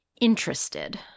interested